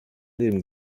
leben